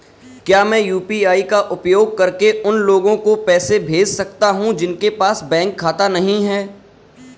क्या मैं यू.पी.आई का उपयोग करके उन लोगों को पैसे भेज सकता हूँ जिनके पास बैंक खाता नहीं है?